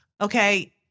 okay